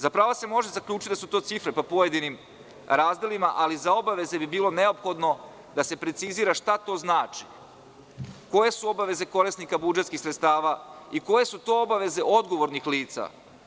Za prava se može zaključiti da su to cifre po pojedinim razdelima, ali za obaveze bi bilo neophodno da se precizira šta to znači, koje su obaveze korisnika budžetskih sredstava, i koje su to obaveze odgovornih lica.